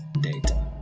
data